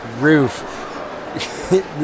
roof